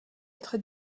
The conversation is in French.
être